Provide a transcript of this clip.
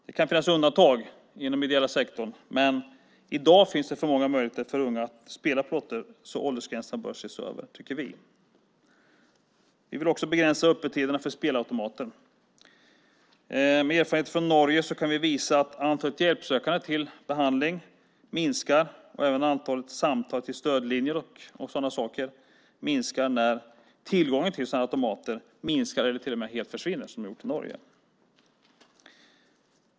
Det kan finnas undantag inom ideella sektorn, men i dag finns det för många möjligheter för unga att spela på lotter, så åldersgränsen bör ses över. Vi vill också begränsa öppettiderna för spelautomater. Med erfarenhet från Norge kan vi visa att antalet hjälpsökande till behandling minskar och även antalet samtal till stödlinjer när tillgången till dessa automater minskar eller helt försvinner som i Norge.